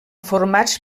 formats